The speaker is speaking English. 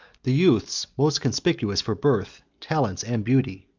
the youths most conspicuous for birth, talents, and beauty,